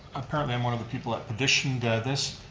apparently i'm one of the people that petitioned this.